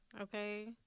okay